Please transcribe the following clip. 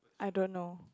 I don't know